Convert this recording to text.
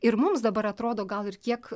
ir mums dabar atrodo gal ir kiek